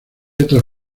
otras